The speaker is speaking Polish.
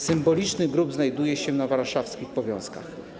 Symboliczny grób znajduje się na warszawskich Powązkach.